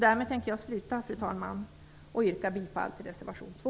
Därmed tänkte jag sluta, fru talman, och yrkar bifall till reservation 2.